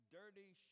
dirty